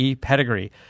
pedigree